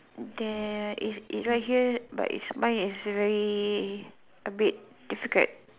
there is is right here but is mine is very a bit difficult